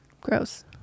Gross